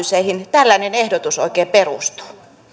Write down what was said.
tällainen ehdotus oikein perustuu